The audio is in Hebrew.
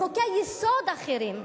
לחוקי-יסוד אחרים.